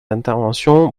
intervention